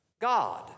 God